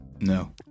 No